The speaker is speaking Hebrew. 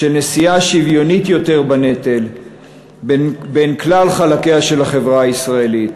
של נשיאה שוויונית יותר בנטל בין כלל חלקיה של החברה הישראלית.